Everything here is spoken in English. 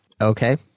Okay